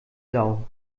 sau